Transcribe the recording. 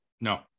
no